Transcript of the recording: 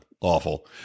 Awful